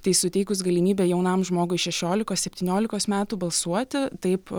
tai suteikus galimybę jaunam žmogui šešiolikos septyniolikos metų balsuoti taip